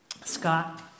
Scott